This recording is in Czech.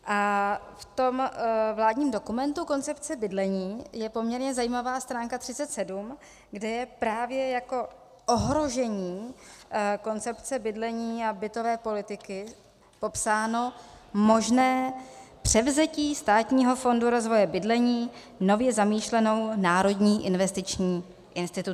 V tom vládním dokumentu koncepce bydlení je poměrně zajímavá stránka 37, kde je právě jako ohrožení koncepce bydlení a bytové politiky popsáno možné převzetí Státního fondu rozvoje bydlení nově zamýšlenou národní investiční institucí.